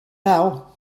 now